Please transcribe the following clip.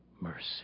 mercy